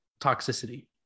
toxicity